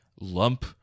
lump